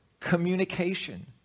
Communication